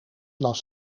las